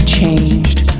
changed